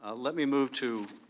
ah let me move to